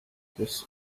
this